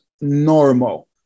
normal